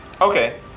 Okay